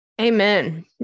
Amen